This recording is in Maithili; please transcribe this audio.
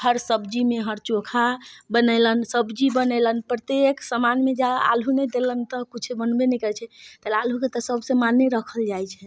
हर सब्जीमे हर चोखा बनयलनि सब्जी बनयलनि प्रत्येक समानमे आलू नहि देलनि तऽ किछु बनबे नहि करैत छै तऽ आलूके तऽ सबसे मायने रखल जाइत छै